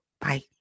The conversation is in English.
Bye